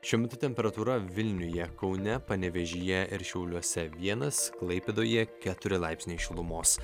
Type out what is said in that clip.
šiuo metu temperatūra vilniuje kaune panevėžyje ir šiauliuose vienas klaipėdoje keturi laipsniai šilumos